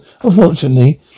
Unfortunately